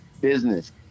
business